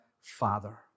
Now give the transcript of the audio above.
Father